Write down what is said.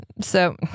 So-